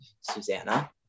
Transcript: Susanna